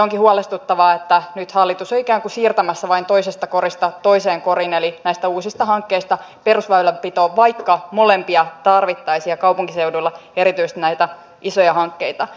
onkin huolestuttavaa että nyt hallitus on ikään kuin siirtämässä vain toisesta korista toiseen koriin eli näistä uusista hankkeista perusväylänpitoon vaikka molempia tarvittaisiin ja kaupunkiseuduilla erityisesti näitä isoja hankkeita